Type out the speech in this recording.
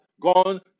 gone